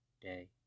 day